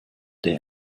der